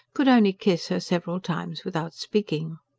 could only kiss her several times without speaking.